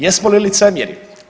Jesmo li licemjeri?